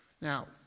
Now